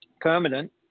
permanent